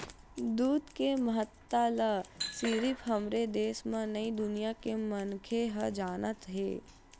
दूद के महत्ता ल सिरिफ हमरे देस म नइ दुनिया के मनखे ह जानत हे